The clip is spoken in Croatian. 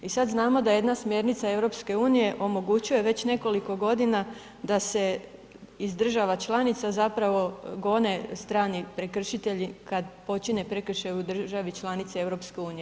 I sad znamo da jedna smjernica EU omogućuje već nekoliko godina da se iz država članica zapravo gone strani prekršitelji kad počine prekršaj u državi članice EU.